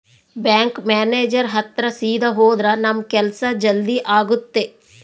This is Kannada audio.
ಬ್ಯಾಂಕ್ ಮ್ಯಾನೇಜರ್ ಹತ್ರ ಸೀದಾ ಹೋದ್ರ ನಮ್ ಕೆಲ್ಸ ಜಲ್ದಿ ಆಗುತ್ತೆ